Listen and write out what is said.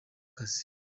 akazi